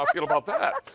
i feel about that.